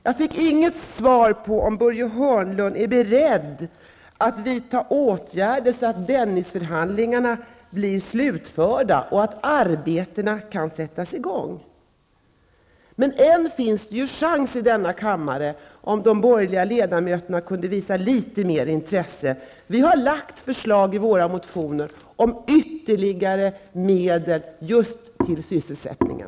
Jag fick inte något svar på om Börje Hörnlund är beredd att vidta åtgärder så att Dennisförhandlingarna kan bli slutförda och arbetena sättas igång. Men än finns det en chans i denna kammare -- om de borgerliga ledamöterna kunde visa litet mera intresse. Vi har framfört förslag i våra motioner om ytterligare medel till sysselsättningen.